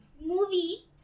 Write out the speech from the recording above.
movie